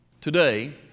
Today